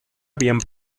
habían